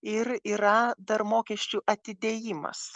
ir yra dar mokesčių atidėjimas